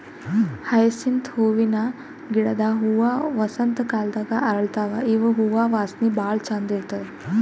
hyacinth ಹೂವಿನ ಗಿಡದ್ ಹೂವಾ ವಸಂತ್ ಕಾಲದಾಗ್ ಅರಳತಾವ್ ಇವ್ ಹೂವಾ ವಾಸನಿ ಭಾಳ್ ಛಂದ್ ಇರ್ತದ್